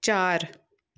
ਚਾਰ